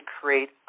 create